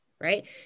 Right